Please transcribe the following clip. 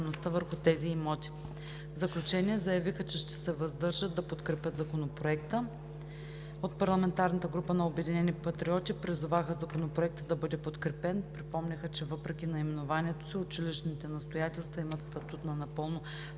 В заключение заявиха, че ще се въздържат да подкрепят Законопроекта. От парламентарната група на „Обединени патриоти“ призоваха Законопроектът да бъде подкрепен. Припомниха, че въпреки наименованието си училищните настоятелства имат статут на напълно